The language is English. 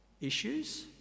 issues